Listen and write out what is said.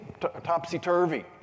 topsy-turvy